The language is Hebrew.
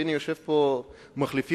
ויושב כאן מחליפי,